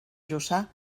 jussà